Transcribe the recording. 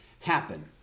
happen